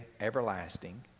everlasting